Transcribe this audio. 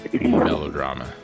melodrama